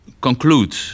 conclude